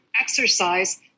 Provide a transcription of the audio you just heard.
exercise